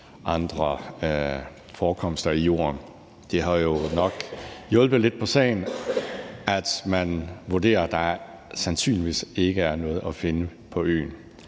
andre forekomster i jorden. Det har jo nok hjulpet lidt på sagen, at man vurderer, at der sandsynligvis ikke er noget at finde på øen.